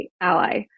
ally